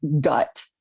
gut